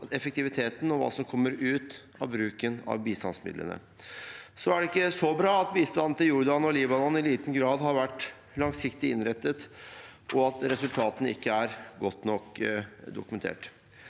effektiviteten og hva som kommer ut av bruken av bistandsmidlene. Det er ikke så bra at bistand til Jordan og Libanon i liten grad har vært langsiktig innrettet, og at resultatene ikke er godt nok dokumentert.